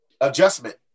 adjustment